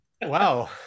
Wow